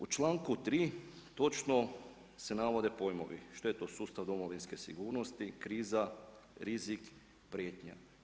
U članku 3., točno se navode pojmovi što je to sustav Domovinske sigurnosti, kriza, rizik, prijetnja.